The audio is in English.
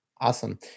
Awesome